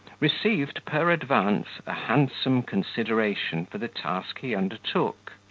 received per advance a handsome consideration for the task he undertook.